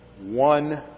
one